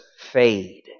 fade